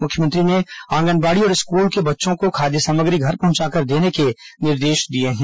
मुख्यमंत्री ने आंगनबाड़ी और स्कूलों के बच्चों को खाद्य सामग्री घर पहुंचाकर देने के निर्देश दिए हैं